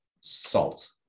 salt